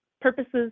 purposes